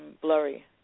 blurry